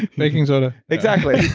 baking soda exactly